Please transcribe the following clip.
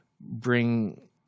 bring